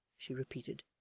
she repeated,